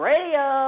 Radio